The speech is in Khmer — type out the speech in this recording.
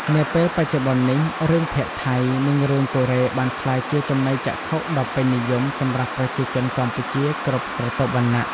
នាពេលបច្ចុប្បន្ននេះ រឿងភាគថៃ និងរឿងកូរ៉េបានក្លាយជាចំណីចក្ខុដ៏ពេញនិយមសម្រាប់ប្រជាជនកម្ពុជាគ្រប់ស្រទាប់វណ្ណៈ។